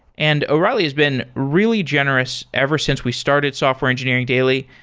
and o'reilly has been really generous ever since we started software engineering daily.